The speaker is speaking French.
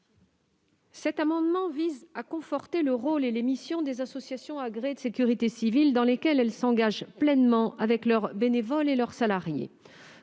Cet amendement vise à conforter le rôle et les missions des associations agréées de sécurité civile, dans lesquelles elles s'engagent pleinement avec leurs bénévoles et leurs salariés.